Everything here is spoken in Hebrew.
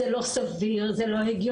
זה לא סביר, זה לא הגיוני.